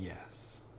yes